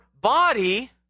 body